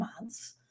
months